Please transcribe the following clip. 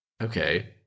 Okay